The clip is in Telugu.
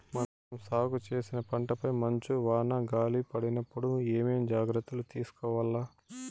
మనం సాగు చేసిన పంటపై మంచు, వాన, గాలి పడినప్పుడు ఏమేం జాగ్రత్తలు తీసుకోవల్ల?